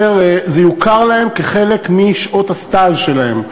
וההשתתפות בזה תוכר להם כחלק משעות הסטאז' שלהם,